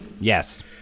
Yes